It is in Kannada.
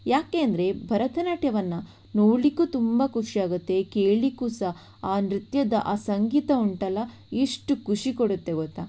ಯಾಕೆ ಅಂದರೆ ಭರತನಾಟ್ಯವನ್ನು ನೋಡಲಿಕ್ಕೂ ತುಂಬ ಖುಷಿ ಆಗುತ್ತೆ ಕೇಳಲಿಕ್ಕೂ ಸಹ ಆ ನೃತ್ಯದ ಆ ಸಂಗೀತ ಉಂಟಲ್ಲ ಎಷ್ಟು ಖುಷಿ ಕೊಡುತ್ತೆ ಗೊತ್ತಾ